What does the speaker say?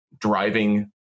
driving